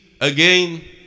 again